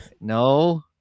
No